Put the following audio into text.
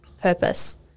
purpose